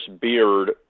Beard